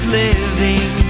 living